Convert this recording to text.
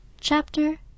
Chapter